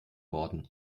worden